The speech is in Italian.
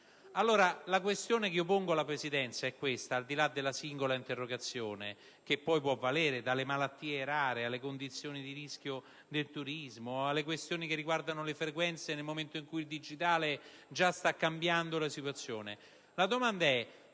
La questione che pongo alla Presidenza (al di là del merito della singola interrogazione, dalle malattie rare alle condizioni di rischio nel turismo, alle questioni che riguardano le frequenze nel momento in cui il digitale sta già cambiando la situazione)